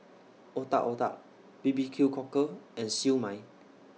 Otak Otak B B Q Cockle and Siew Mai